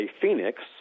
phoenix